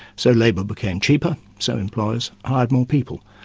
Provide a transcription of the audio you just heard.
so labour became cheaper, so employers hired more people.